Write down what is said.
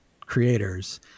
creators